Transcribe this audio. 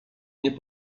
nie